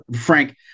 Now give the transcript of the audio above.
Frank